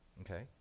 okay